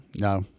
no